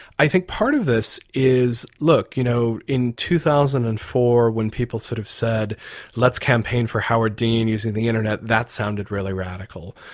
i think part of this is, look, you know in two thousand and four when people sort of said let's campaign for howard dean using the internet, that sounded really radical.